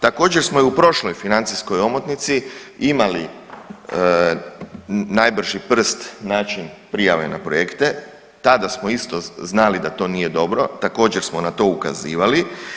Također smo i u prošloj financijskoj omotnici imali najbrži prst, način prijave na projekte, tada smo isto znali da to nije dobro, također smo na to ukazivali.